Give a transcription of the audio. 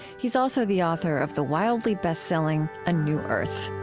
he's also the author of the wildly bestselling a new earth